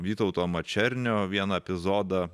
vytauto mačernio vieną epizodą